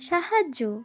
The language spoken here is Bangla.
সাহায্য